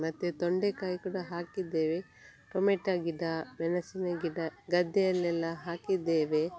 ಮತ್ತು ತೊಂಡೆಕಾಯಿ ಕೂಡ ಹಾಕಿದ್ದೇವೆ ಟೊಮೇಟೊ ಗಿಡ ಮೆಣಸಿನ ಗಿಡ ಗದ್ದೆಯಲ್ಲೆಲ್ಲ ಹಾಕಿದ್ದೇವೆ